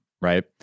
right